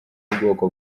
y’ubwoko